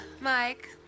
Mike